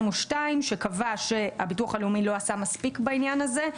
שקבע שהביטוח הלאומי לא עשה מספיק בעניין הזה,